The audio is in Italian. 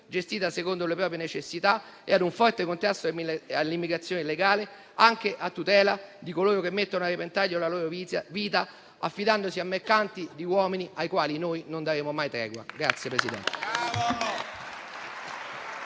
gestita tenendo conto delle proprie necessità, e a un forte contrasto all'immigrazione illegale, anche a tutela di coloro i quali mettono a repentaglio la propria vita affidandosi a mercanti di uomini ai quali noi non daremo mai tregua.